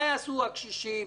מה יעשו הקשישים,